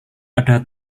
ada